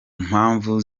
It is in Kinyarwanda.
mpamvu